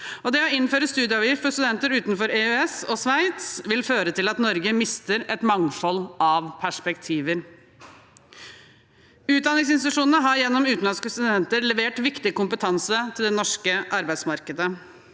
Å innføre studieavgift for studenter utenfor EØS og Sveits vil føre til at Norge mister et mangfold av perspektiver. Utdanningsinstitusjonene har gjennom utenlandske studenter levert viktig kompetanse til det norske arbeidsmarkedet.